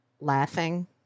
laughing